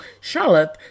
Charlotte